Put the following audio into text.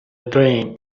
drain